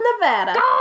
Nevada